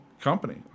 company